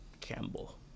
Campbell